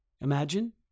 Imagine